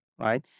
right